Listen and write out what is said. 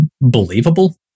believable